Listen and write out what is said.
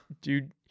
Dude